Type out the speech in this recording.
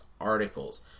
articles